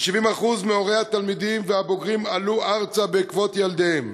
כ-70% מהורי התלמידים והבוגרים עלו ארצה בעקבות ילדיהם.